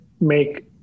make